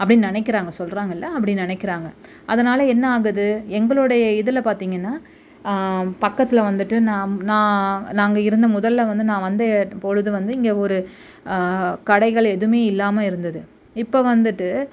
அப்படின்னு நினைக்கிறாங்க சொல்கிறாங்க இல்லை அப்படி நினைக்கிறாங்க அதனால் என்ன ஆகுது எங்களுடைய இதில் பார்த்திங்கன்னா பக்கத்தில் வந்துவிட்டு நாம் நான் நாங்கள் இருந்த முதலில் வந்து நான் வந்த பொழுது வந்து இங்கே ஒரு கடைகள் எதுவுமே இல்லாமல் இருந்தது இப்போ வந்துவிட்டு